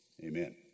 amen